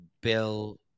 Bill